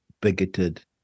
bigoted